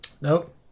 Nope